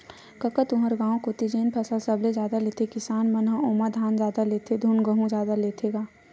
कका तुँहर गाँव कोती जेन फसल सबले जादा लेथे किसान मन ह ओमा धान जादा लेथे धुन गहूँ जादा लेथे गा?